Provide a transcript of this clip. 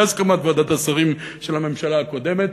בהסכמת ועדת השרים של הממשלה הקודמת,